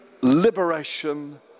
liberation